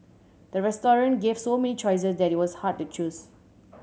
the restaurant gave so many choices that it was hard to choose